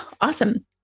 Awesome